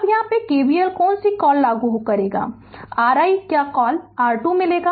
अब यहां KVL कौन सी कॉल करें लागू करें r i क्या कॉल i2 मिलेगा